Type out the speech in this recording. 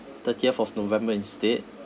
thirtieth of november instead